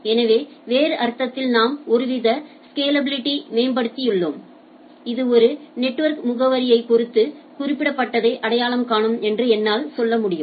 எனவே வேறு அர்த்தத்தில் நாம் ஒருவித ஸ்கேலாபிலிட்டியை மேம்படுத்தியுள்ளோம் இது ஒரு நெட்வொர்க் முகவரியைப் பொறுத்து குறிப்பிட்டதை அடையாளம் காணும் என்று என்னால் சொல்ல முடியும்